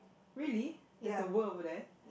really there's a word over there